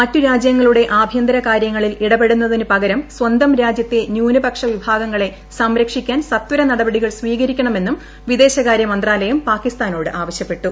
മറ്റു രാജൃങ്ങളുടെ ആഭൃന്തര കാരൃങ്ങളിൽ ഇടപെടുന്നതിനു പകരം സ്വന്തം രാജ്യത്തെ ന്യൂനപക്ഷ വിഭാഗങ്ങളെ സംരക്ഷിക്കാൻ സത്വര നടപടികൾ സ്വീകരിക്കണമെന്നും വിദേശകാര്യമന്ത്രാലയം പാകിസ്ഥാനോട് ആവശ്യപ്പെട്ടു